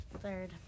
Third